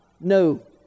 no